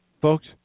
Folks